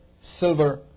silver